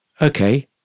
okay